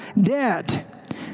debt